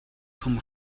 thum